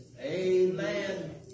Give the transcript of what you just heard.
Amen